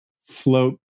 float